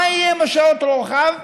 מה יהיה עם שעות הרוחב?